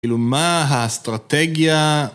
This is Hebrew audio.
כאילו, מה האסטרטגיה...